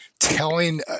Telling